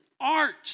Art